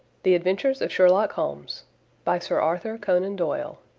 the adventures of sherlock holmes by sir arthur conan doyle